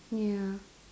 ya